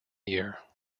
year